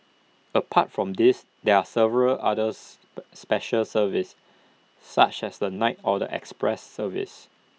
apart from these there are several other special services such as the night or the express services